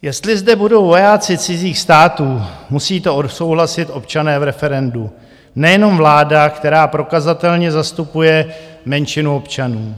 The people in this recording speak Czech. Jestli zde budou vojáci cizích států, musí to odsouhlasit občané v referendu, nejenom vláda, která prokazatelně zastupuje menšinu občanů.